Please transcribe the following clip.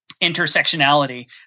intersectionality